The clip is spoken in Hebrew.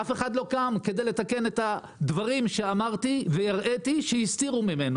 אף אחד לא קם כדי לתקן את הדברים שאמרתי והראיתי ושהסתירו ממנו,